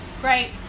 Great